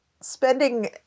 spending